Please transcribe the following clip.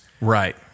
Right